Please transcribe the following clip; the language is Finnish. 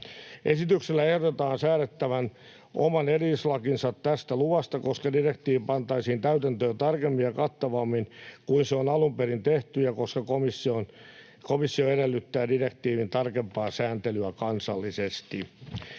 Esityksellä ehdotetaan säädettävän oma erillislakinsa tästä luvasta, koska direktiivi pantaisiin täytäntöön tarkemmin ja kattavammin kuin se on alun perin tehty ja koska komissio edellyttää direktiivin tarkempaa sääntelyä kansallisesti.